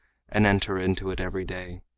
and enter into it every day.